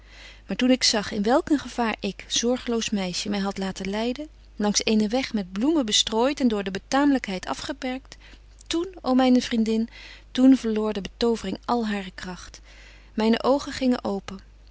maar toen ik zag in welk een gevaar ik zorgeloos meisje my had laten leiden langs eenen weg met bloemen bestrooit en door de betaamlykheid afgeperkt toen ô myne vriendin toen verloor de betovering al hare kragt myne oogen gingen open